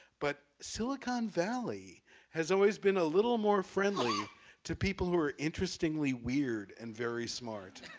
but silicon valley has always been a little more friendly to people who are interestingly weird and very smart.